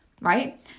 right